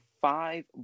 five